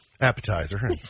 appetizer